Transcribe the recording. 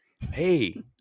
Hey